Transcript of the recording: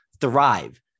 thrive